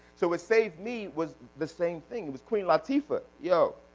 so, what saved me was the same thing, it was queen latifah, yo.